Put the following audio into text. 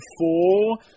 four